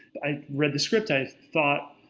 i read the script, i thought,